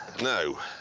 no.